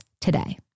today